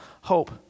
hope